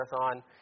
marathon